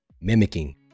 mimicking